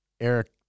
Eric